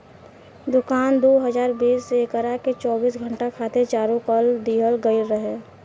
दुकान दू हज़ार बीस से एकरा के चौबीस घंटा खातिर चालू कर दीहल गईल रहे